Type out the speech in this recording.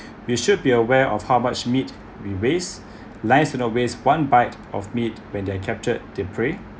you should be aware of how much meat we waste lions did not waste one bite of meat when they captured their prey